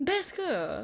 best ke